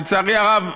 לצערי הרב,